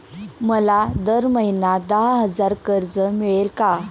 मला दर महिना दहा हजार कर्ज मिळेल का?